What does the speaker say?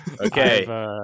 Okay